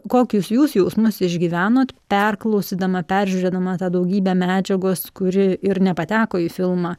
kokius jūs jausmus išgyvenot perklausydama peržiūrėdama tą daugybę medžiagos kuri ir nepateko į filmą